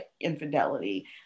infidelity